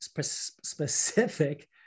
specific